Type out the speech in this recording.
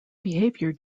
behavior